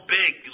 big